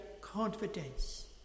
confidence